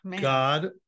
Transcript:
God